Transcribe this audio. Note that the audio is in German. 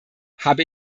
habe